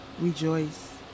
Rejoice